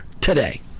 today